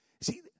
See